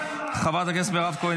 חברת הכנסת מירב כהן,